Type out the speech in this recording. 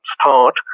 start